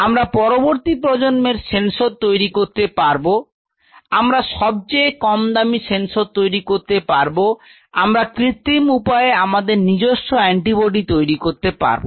আমরা পরবর্তী প্রজন্মের সেন্সর তৈরি করতে পারব আমরা সবচেয়ে কমদামি সেন্সর তৈরি করতে পারব আমরা কৃত্রিম উপায়ে আমাদের নিজস্ব অ্যান্টিবডি তৈরি করতে পারব